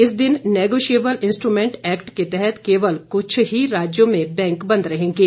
इस दिन negotiable instrument act के तहत केवल कुछ ही राज्यों में बैंक बंद रहेंगे